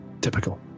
Typical